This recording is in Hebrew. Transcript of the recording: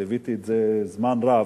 אנחנו עוברים לנושא הבא בסדר-היום והוא: